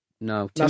No